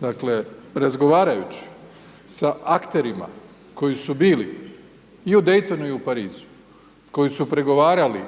Dakle razgovarajući sa akterima koji su bili i u Daytonu i u Parizu, koji su pregovarali